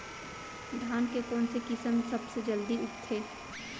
धान के कोन से किसम सबसे जलदी उगथे?